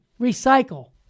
recycle